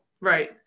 Right